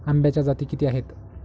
आंब्याच्या जाती किती आहेत?